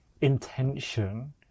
intention